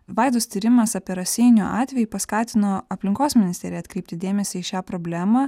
vaidos tyrimas apie raseinių atvejį paskatino aplinkos ministeriją atkreipti dėmesį į šią problemą